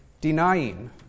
denying